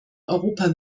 europa